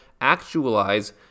actualize